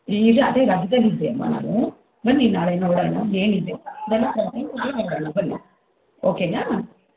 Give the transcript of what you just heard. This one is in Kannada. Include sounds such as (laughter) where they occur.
ಈಗ ಅದೇ ರಜದಲ್ಲಿದ್ದೆ ಅಮ್ಮ ನಾನು ಬನ್ನಿ ನಾಳೆ ನೋಡೋಣ ಏನಿದೆ ಬನ್ನಿ (unintelligible) ಬನ್ನಿ ಓಕೆನಾ